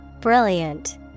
brilliant